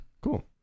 Cool